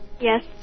Yes